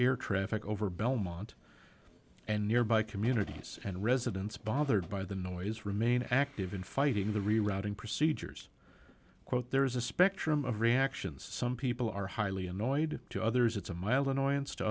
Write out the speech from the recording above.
air traffic over belmont and nearby communities and residents bothered by the noise remain active in fighting the rerouting procedures quote there is a spectrum of reactions some people are highly annoyed to others it's a mild annoyance to